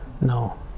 No